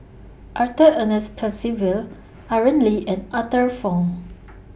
Arthur Ernest Percival Aaron Lee and Arthur Fong